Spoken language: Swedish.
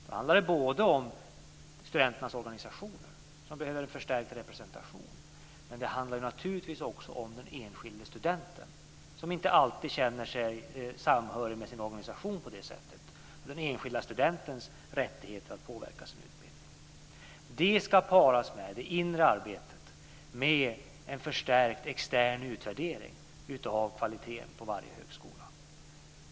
Det handlar både om studenternas organisationer som behöver en förstärkt representation och om den enskilde studenten som inte alltid känner samhörighet med sin organisation. Det handlar om den enskilde studentens rättigheter att påverka sin utbildning. Det inre arbetet ska paras med en förstärkt extern utvärdering av kvaliteten på varje högskola.